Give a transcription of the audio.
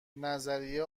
نظریه